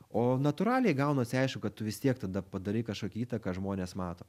o natūraliai gaunasi aišku kad tu vis tiek tada padarai kažkokią įtaką žmonės mato